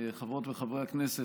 חברות וחברי הכנסת,